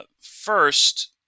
First